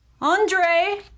Andre